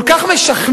כל כך משכנעת,